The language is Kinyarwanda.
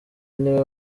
niwe